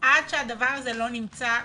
עד שהדבר הזה לא נמצא בסדר.